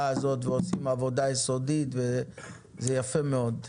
הזאת ועושים עבודה יסודית וזה יפה מאוד.